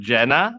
Jenna